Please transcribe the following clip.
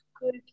good